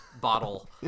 bottle